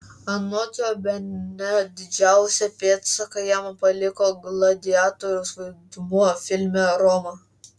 anot jo bene didžiausią pėdsaką jam paliko gladiatoriaus vaidmuo filme roma